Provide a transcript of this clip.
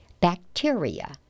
Bacteria